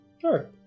Sure